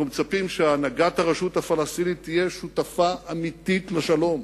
אנחנו מצפים שהנהגת הרשות הפלסטינית תהיה שותפה אמיתית לשלום.